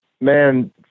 man